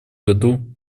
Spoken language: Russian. году